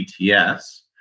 ETS